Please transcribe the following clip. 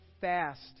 fast